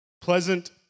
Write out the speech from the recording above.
Pleasant